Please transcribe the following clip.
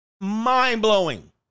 mind-blowing